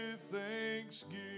thanksgiving